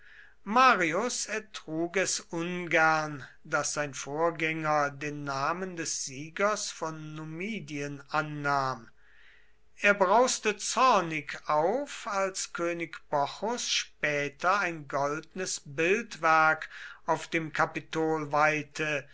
marius ertrug es ungern daß sein vorgänger den namen des siegers von numidien annahm er brauste zornig auf als könig bocchus später ein goldnes bildwerk auf dem kapitol weihte